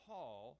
Paul